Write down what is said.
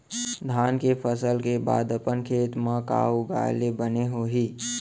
धान के फसल के बाद अपन खेत मा का उगाए ले बने होही?